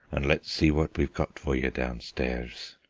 and let's see what we've got for you downstairs,